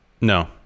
No